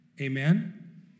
amen